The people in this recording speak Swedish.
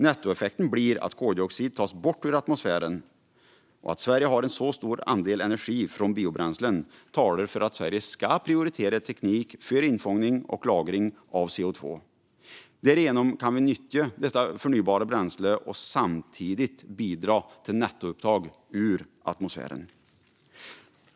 Nettoeffekten blir att koldioxid tas bort ur atmosfären. Att Sverige har en så stor andel energi från biobränslen talar för att Sverige ska prioritera teknik för infångning och lagring av CO2. Därigenom kan vi nyttja detta förnybara bränsle och samtidigt bidra till nettoupptag ur atmosfären.